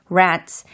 rats